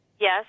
yes